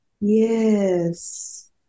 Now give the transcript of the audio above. Yes